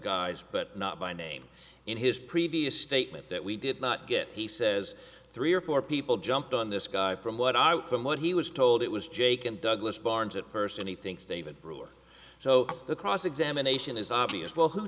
guys but not by name in his previous statement that we did not get he says three or four people jumped on this guy from what i would from what he was told it was jake and douglas barnes at first and he thinks david brewer so the cross examination is obvious well who